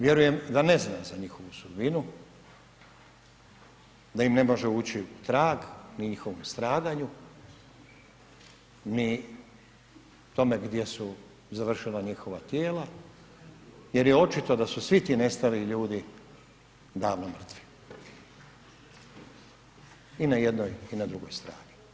Vjerujem da ne zna za njihovu sudbinu, da im ne može ući u trag o njihovom stradanju, ni o tome gdje su završila njihova tijela, jer je očito da su svi ti nestali ljudi davno mrtvi i na jednoj i na drugoj strani.